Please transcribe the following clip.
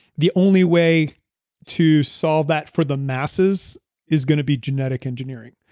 the only way to solve that for the masses is going to be genetic engineering.